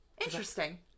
Interesting